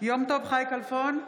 יום טוב חי כלפון,